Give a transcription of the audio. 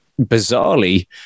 bizarrely